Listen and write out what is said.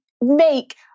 make